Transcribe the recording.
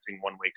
one-way